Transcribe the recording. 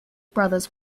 brothers